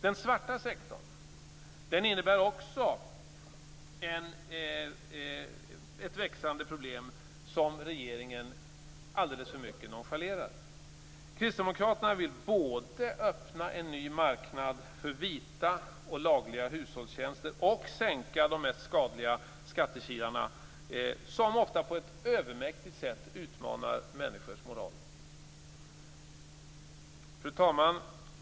Den svarta sektorn innebär också ett växande problem som regeringen nonchalerar alldeles för mycket. Kristdemokraterna vill både öppna en ny marknad för vita och lagliga hushållstjänster och sänka de mest skadliga skattekilarna som ofta på ett övermäktigt sätt utmanar människors moral. Fru talman!